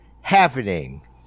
happening